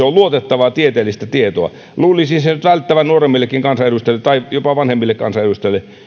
on luotettavaa tieteellistä tietoa luulisi sen nyt välttävän nuoremmillekin kansanedustajille tai jopa vanhemmille kansanedustajille